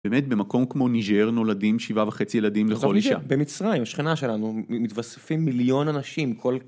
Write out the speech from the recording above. באמת במקום כמו ניג'אר נולדים שבעה וחצי ילדים לכל אישה. במצרים, שכנה שלנו, מתווספים מיליון אנשים כל...